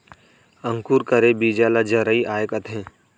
अंकुर करे बीजा ल जरई आए कथें